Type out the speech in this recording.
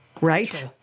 Right